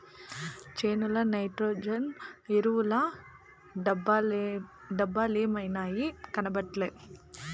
చేనుల నైట్రోజన్ ఎరువుల డబ్బలేమైనాయి, కనబట్లా